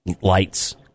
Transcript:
lights